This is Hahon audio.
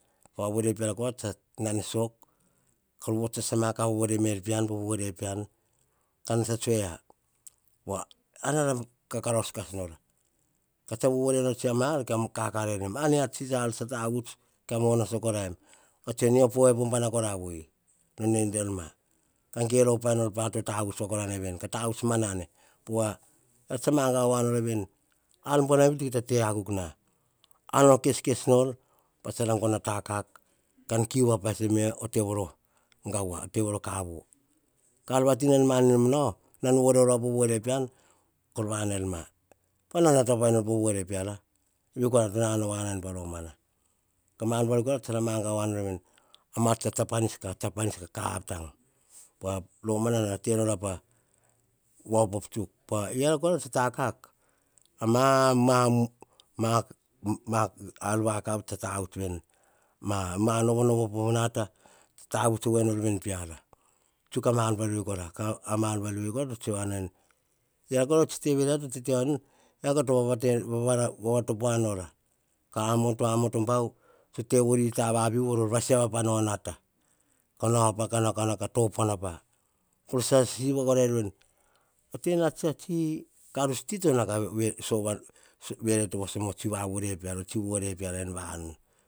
Va vore kora tsa na ne sok. Ka vots sasa ma ka vore me pian po vore pian, kan tsa tsue a, pova ar nara karous kas nor, tsara vovore nor ra mia ar kor ka kar enem. Ar nia tsi tsa tavuts ka ona sa koraim, pa tsue mia epo bana kora voi nor de sa korair ma, ka gero pai nor ar pa to tavuts ka tavuts mana ne, pove eara tsa mangava ar to tavuts wa na veri ka tavuts mana ne pats tsora gono takak kan kiu va pa esa te voro gawa, te voro ka vovo, ka ar vati nan manin nomm nau nan vore kora po vore pian ko ria vanau ma, pa nata pai nor po vore piana ve kora to na nau na pa romana ka mar buar veri tsu ra mangava nor wa veni mar tsan tsan ta panis. Ka ta panis ka kev tang, romana nara te nora pom op op tsuk yiara kora tsa takak a ma mar va kav tsa tavuts wa na ven ma no vonov po nata tsa tavuts wa no veni peara, tsuk a mar buar veri kora ka a mar buar veri kora to tsue na ven yiara tsi te, to tete wa nor veni. Yiara to va to puana nora, ka amoto, amoto bau, tsa te vori va siava pa nor a nata, ka na ka topuan na pu, ko sasa siv korair veni kora te na ta tsi karuts ti to na ka verete tsi vore peara en vanu.